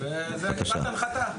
וקיבלת הנחתה.